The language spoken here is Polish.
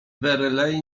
verlai